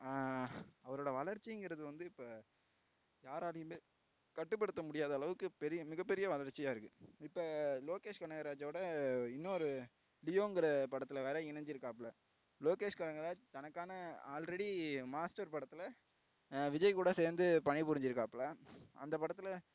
அவரோடய வளர்ச்சிங்கிறது வந்து இப்போ யாராலேயுமே கட்டுப்படுத்த முடியாத அளவுக்கு பெரிய மிகப்பெரிய வளர்ச்சியாகருக்கு இப்போ லோகேஷ் கனகராஜோடய இன்னொரு லியோன்கிற படத்தில் வேறு இணைஞ்சிருக்காப்ல லோகேஷ் கனகராஜ் தனக்கான ஆல்ரெடி மாஸ்டர் படத்தில் விஜய் கூட சேர்ந்து பணி புரிஞ்சிருக்காப்ல